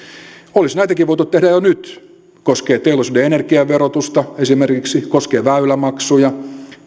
olisi näitäkin voitu tehdä jo nyt se koskee esimerkiksi teollisuuden energiaverotusta se koskee